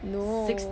no